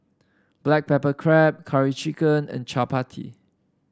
Black Pepper Crab Curry Chicken and Chappati